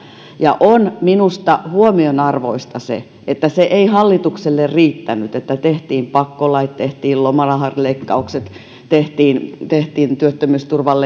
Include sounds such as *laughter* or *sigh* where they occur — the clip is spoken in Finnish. on minusta huomionarvoista se että se ei hallitukselle riittänyt että tehtiin pakkolait tehtiin lomarahaleikkaukset tehtiin tehtiin työttömyysturvan *unintelligible*